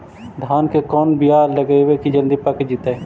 धान के कोन बियाह लगइबै की जल्दी पक जितै?